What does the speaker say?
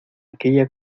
aquella